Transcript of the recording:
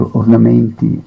ornamenti